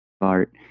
art